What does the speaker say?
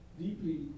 deeply